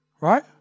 right